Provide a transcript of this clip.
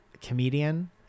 comedian